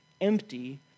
empty